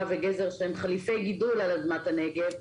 והגזר שהם חליפי גידול על אדמת הנגב.